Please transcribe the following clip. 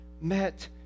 met